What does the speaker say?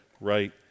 right